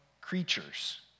creatures